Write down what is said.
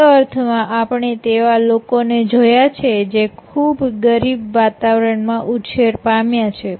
તે અર્થમાં આપણે તેવા લોકોને જોયા છે જે ખૂબ ગરીબ વાતાવરણમાં ઉછેર પામ્યા છે